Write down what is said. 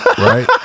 Right